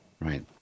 Right